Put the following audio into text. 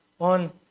on